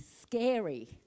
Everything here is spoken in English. scary